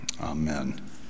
Amen